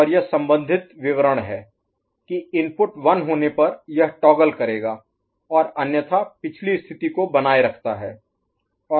और यह संबंधित विवरण है कि इनपुट 1 होने पर यह टॉगल करेगा और अन्यथा पिछली स्थिति को बनाए रखता है